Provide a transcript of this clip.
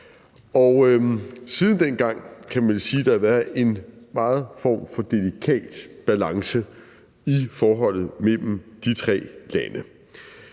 Siden dengang kan man sige, at der har været en meget delikat form for balance i forholdet mellem de tre lande.